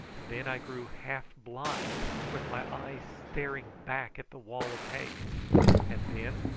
then i grew half-blind with my eyes staring back at the wall of haze and then,